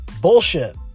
Bullshit